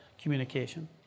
communication